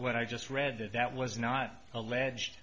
what i just read that that was not alleged